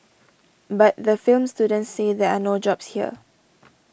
but the film students say there are no jobs here